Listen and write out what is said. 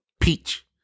peach